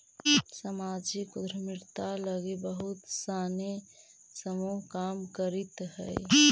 सामाजिक उद्यमिता लगी बहुत सानी समूह काम करित हई